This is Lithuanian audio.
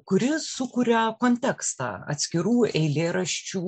kuris sukuria kontekstą atskirų eilėraščių